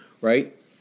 right